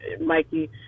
Mikey